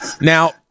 now